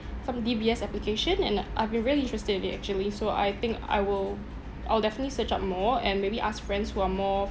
some D_B_S application and I'll be really interested with it actually so I think I will I'll definitely search up more and maybe ask friends who are more